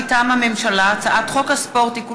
מטעם הממשלה: הצעת חוק הספורט (תיקון